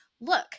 Look